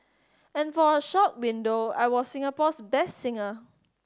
and for a short window I was Singapore's best singer